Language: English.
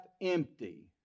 empty